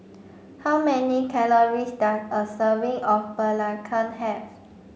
how many calories does a serving of Belacan have